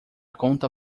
conta